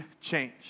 change